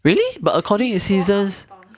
really but according to seasons